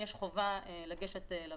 היא צריכה לקום במלואה.